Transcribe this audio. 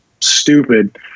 stupid